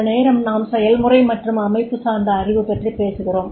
சில நேரம் நாம் செயல்முறை மற்றும் அமைப்பு சார்ந்த அறிவு பற்றி பேசுகிறோம்